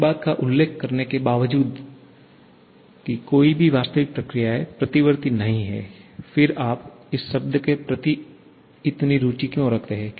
इस बात का उल्लेख करने के बावजूद कि कोई भी वास्तविक प्रक्रियाएं प्रतिवर्ती नहीं हैं फिर आप इस शब्द के प्रति इतनी रुचि क्यों रखते हैं